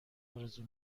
آرزو